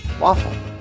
Waffle